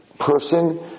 person